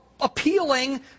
appealing